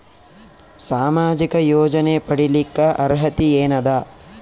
ಸಾಮಾಜಿಕ ಯೋಜನೆ ಪಡಿಲಿಕ್ಕ ಅರ್ಹತಿ ಎನದ?